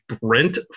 Brent